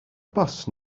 bus